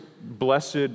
blessed